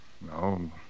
No